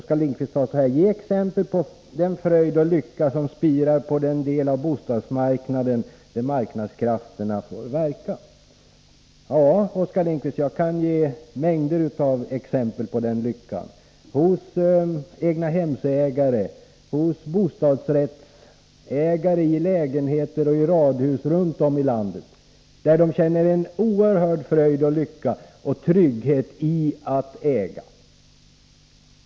Han sade: Ge exempel på den fröjd och lycka som spirar på den del av bostadsmarknaden där marknadskrafterna får verka. Ja, Oskar Lindkvist, jag kan ge mängder av exempel på egnahemsägare och bostadsrättsägare i lägenheter och radhus runt om i landet som känner en oerhörd fröjd och lycka och trygghet i att äga.